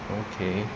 okay